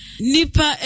nipa